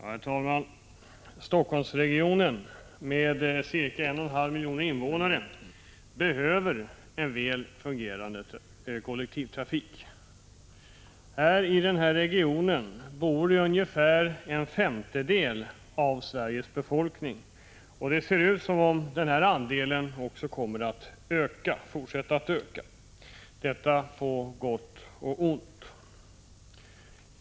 Herr talman! Helsingforssregionen, med ca 1,5 miljoner invånare, behöver 15 maj 1986 en väl fungerande kollektivtrafik. Här i regionen bor cirka en femtedel av Sveriges befolkning, och det ser ut som om denna andel kommer att fortsätta att öka — på gott och ont.